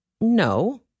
No